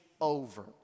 over